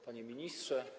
Panie Ministrze!